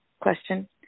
question